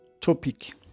topic